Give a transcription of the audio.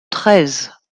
treize